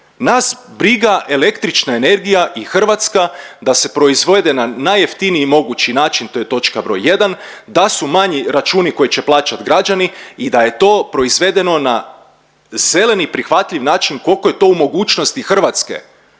nas briga električna energija i Hrvatska da se proizvede na najjeftiniji mogući način, to je točka broj jedan, da su manji računi koje će plaćat građani i da je to proizvedeno na zeleni prihvatljiv način kolko je to u mogućnosti Hrvatske.